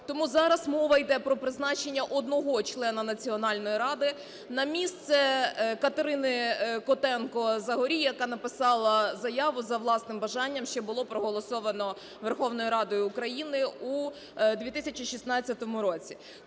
тому зараз мова іде про призначення одного члена Національної ради на місце Катерини Котенко (Загорій), яка написала заяву за власним бажанням, що було проголосовано Верховною Радою України у 2016 році.